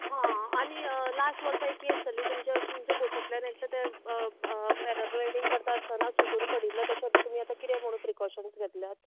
आं आनी लास वर्सा एक केस जाल्ली तुमच्या तुमच्या बोटींतल्यान एकटे ते पे पे पॅराग्लायडींग करता आसतना सुटून पडिल्लें ते तुमी आतां कितें म्हूण प्रिकॉशन्स घेतल्यात